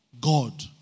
God